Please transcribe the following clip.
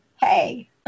hey